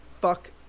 Fuck